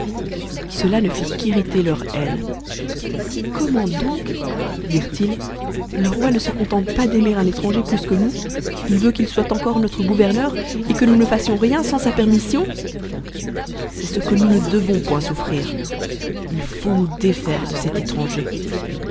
cela ne fit qu'irriter leur haine a comment donc dirent-ils le roi ne se contente pas d'aimer un étranger plus que nous il veut qu'il soit encore notre gouverneur et que nous ne fassions rien sans sa permission c'est ce que nous ne devons point souffrir ii faut nous défaire de cet étranger